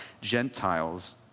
Gentiles